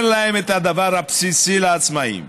אין להם את הדבר הבסיסי, לעצמאים,